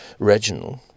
Reginald